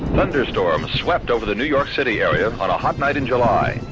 thunderstorms swept over the new york city area on a hot night in july.